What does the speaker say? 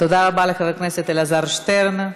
תודה רבה לחבר הכנסת אלעזר שטרן.